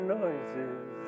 noises